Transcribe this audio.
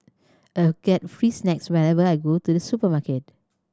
I get free snacks whenever I go to the supermarket